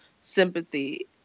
sympathy